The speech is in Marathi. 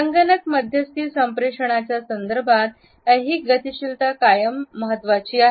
संगणक मध्यस्थी संप्रेषणाच्या संदर्भात ऐहिक गतिशीलता कायम महत्वाचे आहे